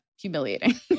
humiliating